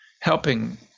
helping